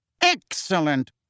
Excellent